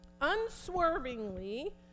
unswervingly